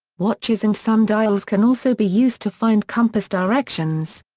watches and sundials can also be used to find compass directions.